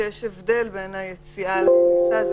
שיש הבדל בין היציאה לכניסה.